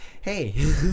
hey